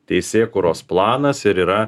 teisėkūros planas ir yra